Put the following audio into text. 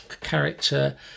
character